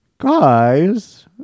Guys